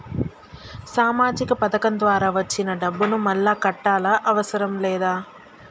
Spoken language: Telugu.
సామాజిక పథకం ద్వారా వచ్చిన డబ్బును మళ్ళా కట్టాలా అవసరం లేదా?